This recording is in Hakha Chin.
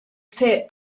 seh